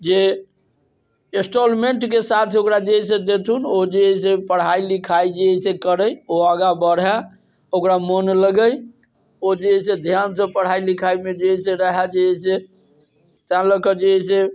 जे एन्स्टॉलमेन्ट के साथ ओकरा जे अछि से देथुन ओ जे एहि सॅं पढ़ाइ लिखाइ जे अछि से करै ओ आगा बढ़ाए ओकरा मोन लगै ओ जे अछि से ध्यान सँ पढ़ाइ लिखाइ मे जे अछि से रहए जे एहिसॅं ताहि लए कऽ जे अछि से